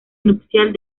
nupcial